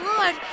Lord